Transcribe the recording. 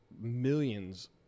millions